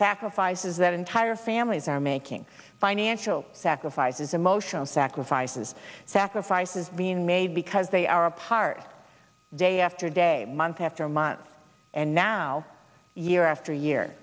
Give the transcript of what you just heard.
sacrifices that entire families are making financial sacrifices emotional sacrifices sacrifices being made because they are a part day after day month after month and now year after year